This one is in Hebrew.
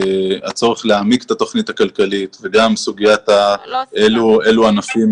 הצורך להעמיק את התכנית הכלכלית וגם אילו ענפים